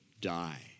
die